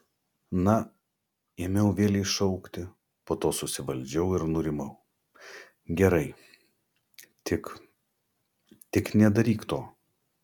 na ėmiau vėlei šaukti po to susivaldžiau ir nurimau gerai tik tik nedaryk to